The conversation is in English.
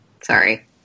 Sorry